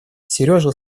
сережа